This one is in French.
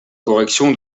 correction